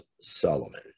Solomon